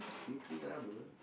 you play rubber